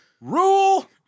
rule